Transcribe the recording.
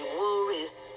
worries